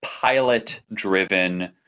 pilot-driven